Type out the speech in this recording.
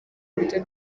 buryo